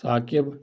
Saqib